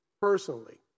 personally